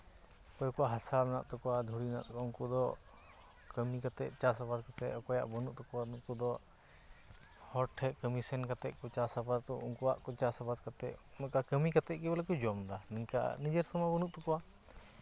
ᱚᱠᱚᱭ ᱠᱚᱣᱟᱜ ᱦᱟᱥᱟ ᱢᱮᱱᱟᱜ ᱛᱟᱠᱚᱣᱟ ᱫᱷᱩᱲᱤ ᱢᱮᱱᱟᱜ ᱛᱟᱠᱚᱣᱟ ᱩᱱᱠᱩ ᱠᱚᱫᱚ ᱠᱟᱹᱢᱤ ᱠᱟᱛᱮᱫ ᱪᱟᱥ ᱟᱵᱟᱫ ᱠᱟᱛᱮᱫ ᱚᱠᱚᱭᱟᱜ ᱵᱟᱹᱱᱩᱜ ᱛᱟᱠᱚᱣᱟ ᱱᱩᱠᱩ ᱫᱚ ᱦᱚᱲ ᱴᱷᱮᱱ ᱠᱟᱹᱢᱤ ᱥᱮᱱ ᱠᱟᱛᱮᱫ ᱠᱚ ᱪᱟᱥ ᱟᱵᱟᱫᱟ ᱩᱱᱠᱩᱣᱟᱜ ᱠᱚ ᱪᱟᱥ ᱟᱵᱟᱫ ᱠᱟᱛᱮᱫ ᱱᱚᱝᱠᱟ ᱠᱟᱹᱢᱤ ᱠᱟᱛᱮᱫ ᱜᱮ ᱵᱚᱞᱮ ᱠᱚ ᱡᱚᱢ ᱮᱫᱟ ᱱᱤᱝᱠᱟᱹ ᱱᱤᱡᱮᱨᱥᱥᱚ ᱢᱟ ᱵᱟᱹᱱᱩᱜ ᱛᱟᱠᱚᱣᱟ